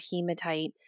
hematite